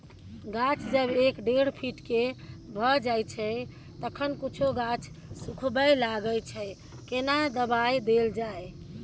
गाछ जब एक डेढ फीट के भ जायछै तखन कुछो गाछ सुखबय लागय छै केना दबाय देल जाय?